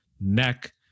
neck